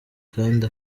kandi